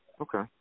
Okay